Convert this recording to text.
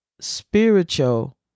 spiritual